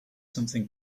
something